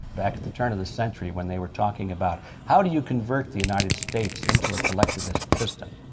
back at the turn of the century when they were talking about, how do you convert the united states into a collectivist system?